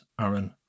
Aaron